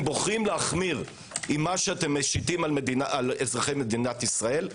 בוחרים להחמיר עם מה שאתם משיתים על אזרחי מדינת ישראל,